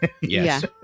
Yes